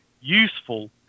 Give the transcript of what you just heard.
useful